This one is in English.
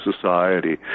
society